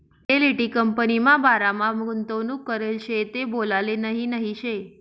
Fidelity कंपनीमा बारामा गुंतवणूक करेल शे ते बोलाले नही नही शे